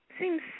seems